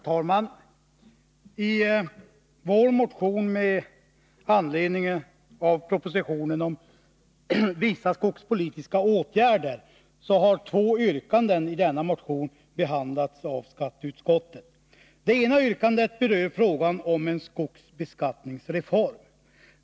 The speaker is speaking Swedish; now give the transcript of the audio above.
Herr talman! Vpk har väckt motion 2330 med anledning av propositionen om vissa skogspolitiska åtgärder. Två yrkanden i denna motion har behandlats av skatteutskottet. Det ena yrkandet berör frågan om en skogsbeskattningsreform.